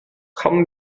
kommen